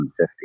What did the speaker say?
150